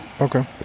Okay